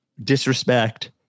disrespect